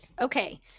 Okay